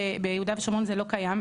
ביהודה ושומרון זה לא קיים,